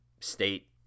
state